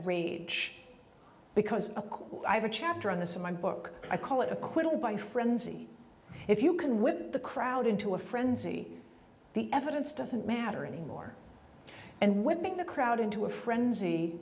rage because a coup i have a chapter on this in my book i call it acquittal by frenzy if you can whip the crowd into a frenzy the evidence doesn't matter anymore and whipping the crowd into a frenzy